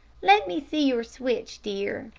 let me see your switch, dear.